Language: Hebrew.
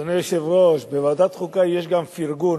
אדוני היושב-ראש, בוועדת חוקה יש גם פרגון.